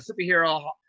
superhero